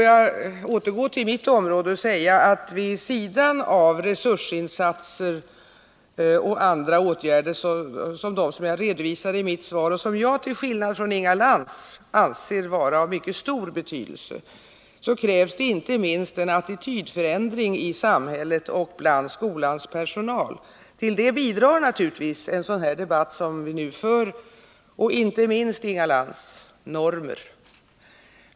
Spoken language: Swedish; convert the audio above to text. Jag återgår till mitt område och vill säga att det vid sidan av resursinsatser och andra åtgärder — sådana som jag redovisade i mitt svar och som jag, till skillnad från Inga Lantz, anser vara av mycket stor betydelse — krävs inte minst en attitydförändring i samhället och hos skolans personal. Till det bidrar naturligtvis en sådan debatt som den vi nu för och — inte minst, Inga Lantz — normer.